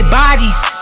bodies